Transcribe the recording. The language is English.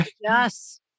Yes